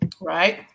right